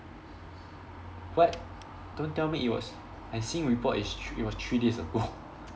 what don't tell me it was I'm seeing report it's it was three days ago